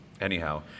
anyhow